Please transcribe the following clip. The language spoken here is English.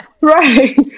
Right